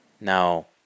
Now